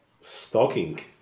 Stalking